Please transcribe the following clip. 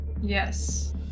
Yes